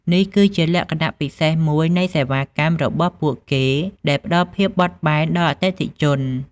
នេះគឺជាលក្ខណៈពិសេសមួយនៃសេវាកម្មរបស់ពួកគេដែលផ្តល់ភាពបត់បែនដល់អតិថិជន។